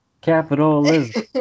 Capitalism